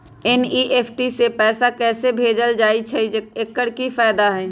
NEFT से पैसा कैसे भेजल जाइछइ? एकर की फायदा हई?